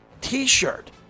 t-shirt